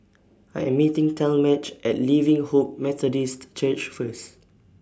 I Am meeting Talmadge At Living Hope Methodist Church First